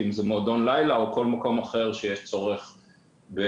אם מדובר במועדון לילה או כל מקום אחר שבו יש צורך לוודא.